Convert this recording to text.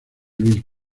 louis